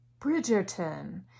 Bridgerton